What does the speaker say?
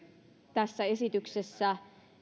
tässä esityksessä